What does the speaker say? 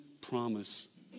promise